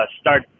start